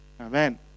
Amen